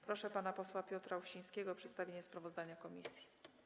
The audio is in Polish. Proszę pana posła Piotra Uścińskiego o przedstawienie sprawozdania komisji.